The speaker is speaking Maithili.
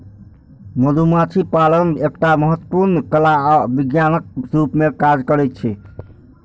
मधुमाछी पालन एकटा महत्वपूर्ण कला आ विज्ञानक रूप मे काज करै छै